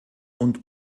und